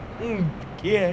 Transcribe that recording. mm yes